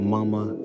Mama